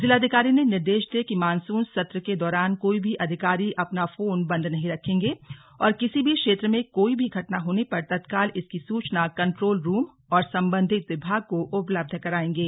जिलाधिकारी ने निर्देश दिए कि मानसून सत्र के दौरान कोई भी अधिकारी अपना फोन बंद नही रखेंगे और किसी भी क्षेत्र में कोई भी घटना होने पर तत्काल इसकी सूचना कंट्रोल रूम और संबंधित विभाग को उपलब्ध कराएंगे